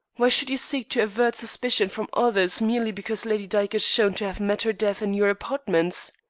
why should you seek to avert suspicion from others merely because lady dyke is shown to have met her death in your apartments?